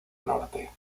norte